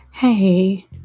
Hey